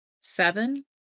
Seven